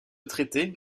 traité